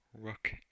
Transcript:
rook